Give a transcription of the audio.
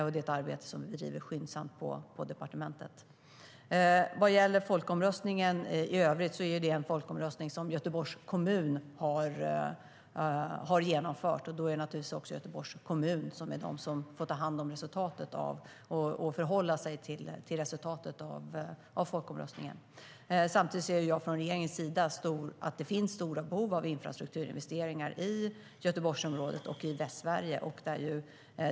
Det är ett arbete som vi bedriver skyndsamt på departementet. Samtidigt ser jag från regeringens sida att det finns stora behov av infrastrukturinvesteringar i Göteborgsområdet och i Västsverige.